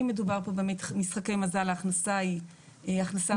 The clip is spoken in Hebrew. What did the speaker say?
אם מדובר פה באמת במשחקי מזל ההכנסה היא הכנסה מהגרלה.